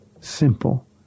simple